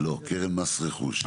לא, קרן מס רכוש.